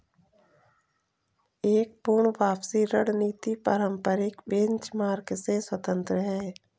एक पूर्ण वापसी रणनीति पारंपरिक बेंचमार्क से स्वतंत्र हैं